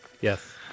Yes